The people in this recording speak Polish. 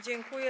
Dziękuję.